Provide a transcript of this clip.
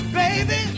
baby